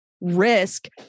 risk